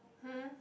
!huh!